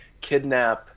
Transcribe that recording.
kidnap